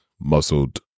muscled